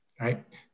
right